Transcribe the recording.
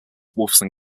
wolfson